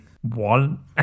one